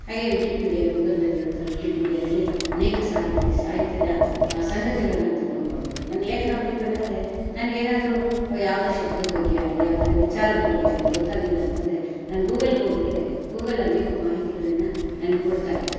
ಹಾಗೇ ವಿಕಿಪಿಡಿಯಾ ಗೂಗಲ್ನಲ್ಲಿ ಇರೋಂಥ ವಿಕಿಪಿಡಿಯಾದಲ್ಲಿ ಅನೇಕ ಸಾಹಿತಿ ಸಾಹಿತ್ಯದ ಸಂಗತಿಗಳನ್ನು ತೆಗೆದ್ಕೊಳ್ತಿದ್ದೆ ನಾನು ಲೇಖನ ಬರೀಬೇಕಾದರೆ ನನಗೇನಾದ್ರೂ ಯಾವುದೋ ಶಬ್ದದ ಬಗ್ಗೆಯಾಗಲಿ ಯಾದಾರೂ ವಿಚಾರದ ಬಗ್ಗೆಯಾಗಲಿ ಗೊತ್ತಾಗ್ಲಿಲ್ಲ ಅಂತಂದರೆ ನಾನು ಗೂಗಲ್ಗೆ ಹೋಗಿಬಿಟ್ರೆ ಗೂಗಲ್ ಅನೇಕ ಮಾಹಿತಿಗಳನ್ನು ನನಗ್ ಕೊಡ್ತಾ ಇತ್ತು